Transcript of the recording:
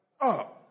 up